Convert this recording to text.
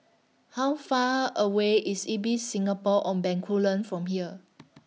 How Far away IS Ibis Singapore on Bencoolen from here